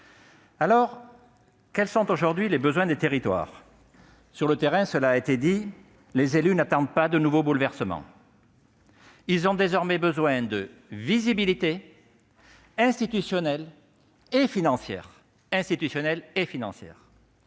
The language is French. Alors, quels sont aujourd'hui les besoins des territoires ? Sur le terrain, je le répète après d'autres, les élus n'attendent pas de nouveaux bouleversements. Ils ont désormais besoin de visibilité, j'y insiste, institutionnelle et financière.